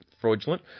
fraudulent